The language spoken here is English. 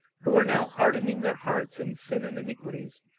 who are now hardening their hearts in sin and iniquities,